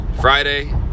Friday